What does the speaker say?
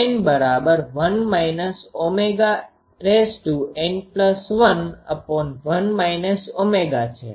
N11 ω છે